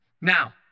Now